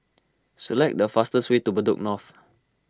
select the fastest way to Bedok North